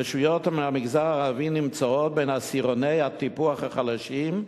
רשויות מהמגזר הערבי נמצאות בין עשירוני הטיפוח החלשים,